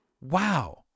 wow